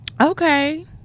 Okay